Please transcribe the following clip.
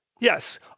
Yes